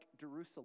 Jerusalem